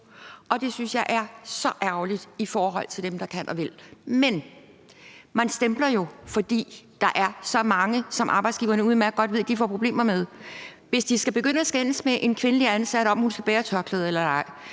Og det synes jeg er så ærgerligt for dem, som kan og vil. Men man stempler dem jo, fordi der er så mange, som arbejdsgiverne udmærket godt ved at de får problemer med. Hvis de skal begynde at skændes med en kvindelig ansat om, hvorvidt hun skal bære tørklæde eller ej,